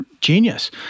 genius